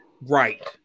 right